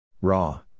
Raw